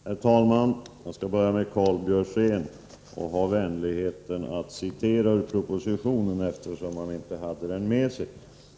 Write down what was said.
Herr talman! För det första vill jag bemöta Karl Björzén och dessutom visa honom vänligheten att citera ur propositionen, eftersom han inte hade den med sig.